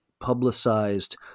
publicized